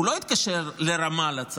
הוא לא התקשר לרמאללה,